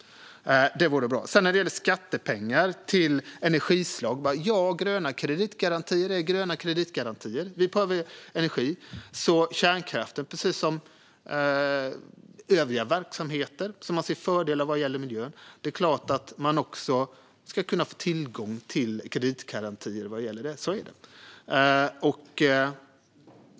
Det vore bra. När det gäller skattepengar till energislag är gröna kreditgarantier gröna kreditgarantier. När det gäller energi är det klart att kärnkraften, precis som övriga verksamheter där man ser fördelar vad gäller miljö, ska kunna få tillgång till kreditgarantier. Så är det.